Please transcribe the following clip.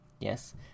Yes